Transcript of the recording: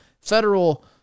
federal